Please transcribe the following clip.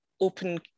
Open